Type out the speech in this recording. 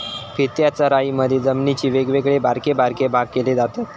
फिरत्या चराईमधी जमिनीचे वेगवेगळे बारके बारके भाग केले जातत